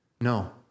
No